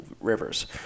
rivers